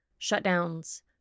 shutdowns